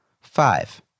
Five